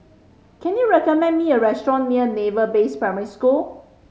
can you recommend me a restaurant near Naval Base Primary School